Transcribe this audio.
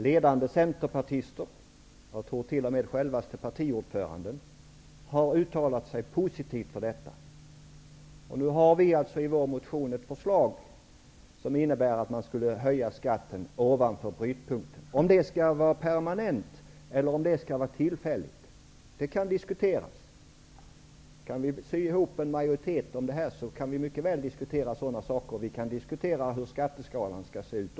Ledande centerpartister -- jag tror t.o.m. självaste partiordföranden -- har uttalat sig positivt om detta. Nu har vi i vår motion ett förslag om en höjning av skatten ovanför brytpunkten. Om den höjningen skall vara permanent eller tillfällig kan diskuteras. Om vi kan få en majoritet för detta förslag, kan vi mycket väl diskutera sådana saker och även hur skatteskalan skall se ut.